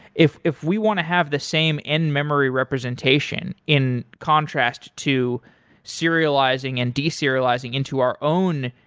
if if we want to have the same in-memory representation in contrast to serializing and de-serializing into our own,